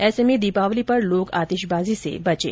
ऐसे में दीपावली पर लोग आतिशबाजी से बचें